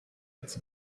its